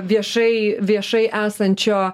viešai viešai esančio